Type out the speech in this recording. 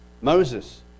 Moses